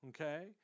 Okay